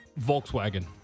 Volkswagen